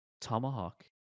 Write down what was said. Tomahawk